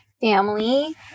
family